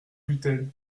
gluten